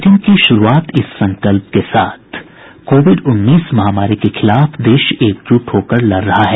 bulletin की शुरूआत इस संकल्प के साथ कोविड उन्नीस महामारी के खिलाफ देश एकजुट होकर लड़ रहा है